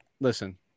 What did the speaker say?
Listen